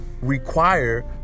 require